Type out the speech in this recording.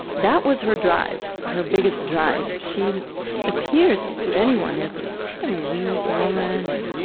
that was her drive, her biggest drive. she appears to anyone as a weak woman,